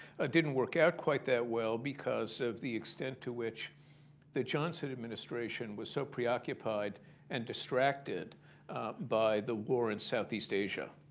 didn't work out quite that well because of the extent to which the johnson administration was so preoccupied and distracted by the war in southeast asia.